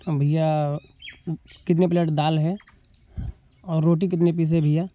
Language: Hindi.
अब भैया कितने प्लेट दाल है और रोटी कितने पीस है भैया